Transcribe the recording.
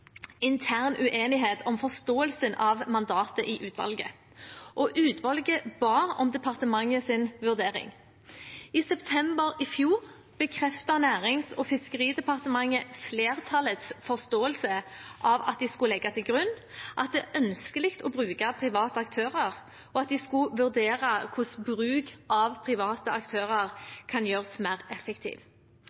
intern uenighet om forståelsen av mandatet i utvalget, og utvalget ba om departementets vurdering. I september i fjor bekreftet Nærings- og fiskeridepartementet flertallets forståelse, at de skulle legge til grunn at det er ønskelig å bruke private aktører, og at de skulle vurdere hvordan bruk av private aktører kan gjøres mer